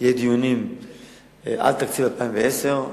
יהיו דיונים על תקציב 2010,